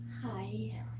Hi